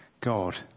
God